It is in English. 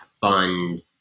fund